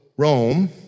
Rome